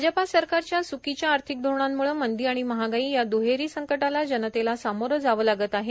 भाजपा सरकारच्या च्कीच्या आर्थिक धोरणामुळे मंदी आणि महागाई या दुहेरी संकटाला जनतेला सामोरे जावे लागत आहे